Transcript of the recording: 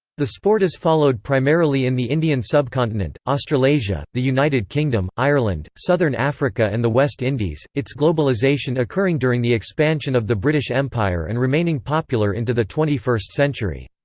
the sport is followed primarily in the indian subcontinent, australasia, the united kingdom, ireland, southern africa and the west indies, its globalisation occurring during the expansion of the british empire and remaining popular into the twenty first century.